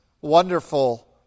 wonderful